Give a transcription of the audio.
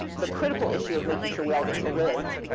the critical issue of making sure we all get to live,